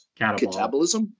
catabolism